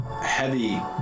heavy